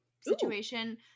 situation